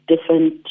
different